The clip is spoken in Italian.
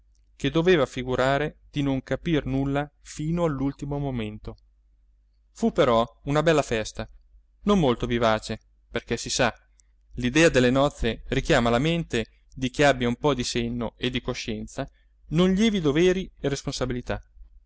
che doveva figurare di non capir nulla fino all'ultimo momento fu però una bella festa non molto vivace perché si sa l'idea delle nozze richiama alla mente di chi abbia un po di senno e di coscienza non lievi doveri e responsabilità